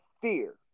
fear